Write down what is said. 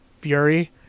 Fury